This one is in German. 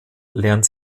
lernt